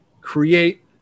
create